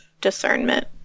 discernment